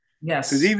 Yes